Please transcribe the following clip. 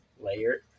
layer